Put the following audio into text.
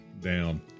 down